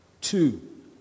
Two